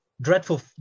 Dreadful